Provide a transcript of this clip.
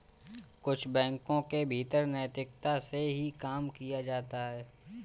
कुछ बैंकों के भीतर नैतिकता से ही काम किया जाता है